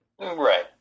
Right